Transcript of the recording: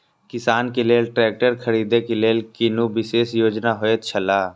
किसान के लेल ट्रैक्टर खरीदे के लेल कुनु विशेष योजना होयत छला?